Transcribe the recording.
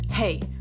Hey